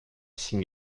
signe